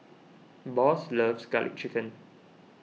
Boss loves Garlic Chicken